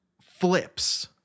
flips